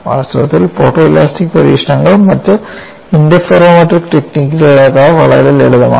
വാസ്തവത്തിൽ ഫോട്ടോഫെലാസ്റ്റിക് പരീക്ഷണങ്ങൾ മറ്റ് ഇന്റർഫെറോമെട്രിക് ടെക്നിക്കുകളേക്കാൾ വളരെ ലളിതമാണ്